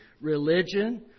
religion